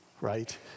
right